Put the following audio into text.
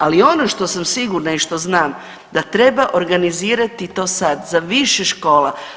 Ali ono što sam sigurna i što znam da treba organizirati i to sada za više škola.